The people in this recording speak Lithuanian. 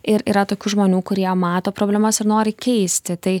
ir yra tokių žmonių kurie mato problemas ir nori keisti tai